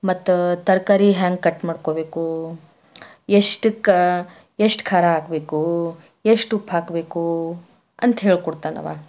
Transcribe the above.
ಮತ್ತೆ ತರಕಾರಿ ಹ್ಯಾಂಗೆ ಕಟ್ ಮಾಡ್ಕೋಬೇಕು ಎಷ್ಟಕ್ಕೆ ಎಷ್ಟು ಖಾರ ಹಾಕ್ಬೇಕು ಎಷ್ಟು ಉಪ್ಪು ಹಾಕಬೇಕು ಅಂತ ಹೇಳ್ಕೊಡ್ತಾನವ